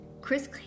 Chris